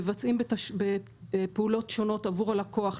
מבצעים פעולות שונות עבור הלקוח,